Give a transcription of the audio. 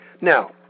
Now